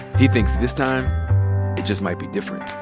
he thinks this time it just might be different.